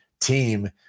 team